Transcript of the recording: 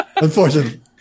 Unfortunately